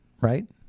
right